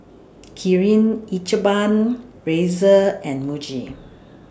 Kirin Ichiban Razer and Muji